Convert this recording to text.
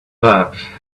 that